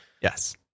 Yes